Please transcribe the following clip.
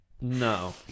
No